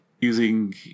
using